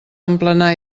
emplenar